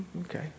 Okay